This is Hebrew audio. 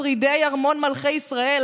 שבה שרידי ארמון מלכי ישראל,